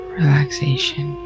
relaxation